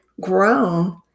grown